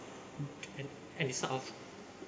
and and it sort of